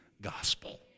gospel